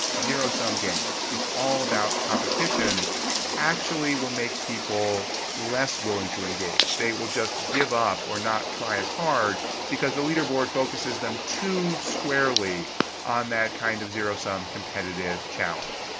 zero sum game. it's all about competition actually will make people less willing to engage. they will just give up or not try as hard because the leaderboard focuses them too squarely on that kind of zero sum competitive challenge.